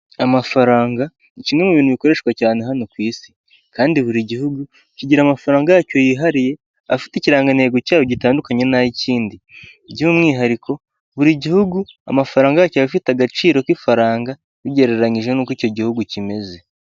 Amafaranga ni kimwe mu bintu bikoreshwa cyane hano ku isi, kandi buri gihugu kigira amafaranga yacyo yihariye afite ikirangantego cyayo gitandukanye n'ay'ikindi. By'umwihariko buri gihugu amafaranga yacyo aba afite agaciro k'ifaranga ugereranyije n'uko icyo gihugu kimeze.